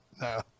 No